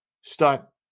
start